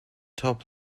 top